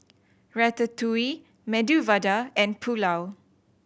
Ratatouille Medu Vada and Pulao